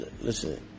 listen